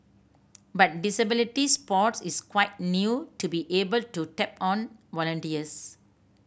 but disability sports is quite new to be able to tap on volunteers